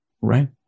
Right